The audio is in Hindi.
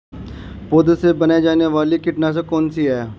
पौधों से बनाई जाने वाली कीटनाशक कौन सी है?